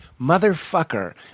motherfucker